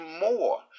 more